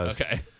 Okay